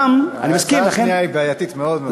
ההצעה השנייה היא בעייתית מאוד מאוד.